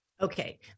Okay